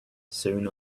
soon